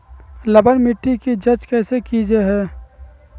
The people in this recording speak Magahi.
लवन मिट्टी की जच कैसे की जय है?